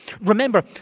Remember